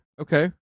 okay